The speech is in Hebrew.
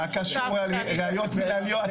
מה קשור ראיות מנהליות?